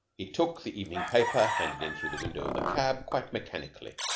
he took the evening paper handed in through the window of the cab quite mechanically,